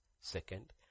Second